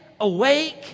awake